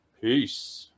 peace